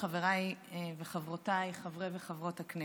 חבריי וחברותיי חברי וחברות הכנסת,